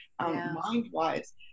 mind-wise